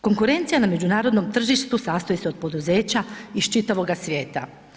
Konkurencija na međunarodnom tržištu sastoji se od poduzeća iz čitavoga svijeta.